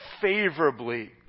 favorably